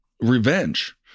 revenge